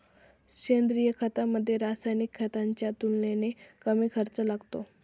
सेंद्रिय खतामध्ये, रासायनिक खताच्या तुलनेने कमी खर्च येतो